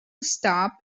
stop